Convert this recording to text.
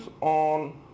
on